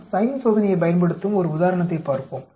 நாம் சைன் சோதனையைப் பயன்படுத்தும் ஒரு உதாரணத்தைப் பார்ப்போம்